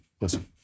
Listen